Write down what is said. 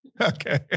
Okay